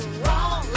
wrong